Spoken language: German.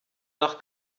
nach